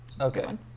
Okay